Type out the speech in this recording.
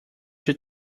your